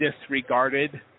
disregarded